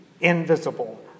invisible